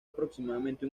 aproximadamente